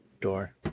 door